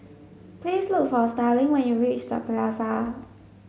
please look for Starling when you reach The Plaza